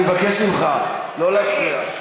אני מבקש ממך לא להפריע.